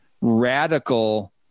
radical